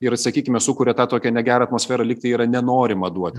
ir sakykime sukuria tą tokią negerą atmosferą lyg tai yra nenorima duoti